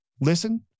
listen